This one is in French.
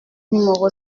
numéro